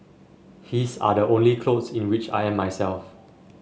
his are the only clothes in which I am myself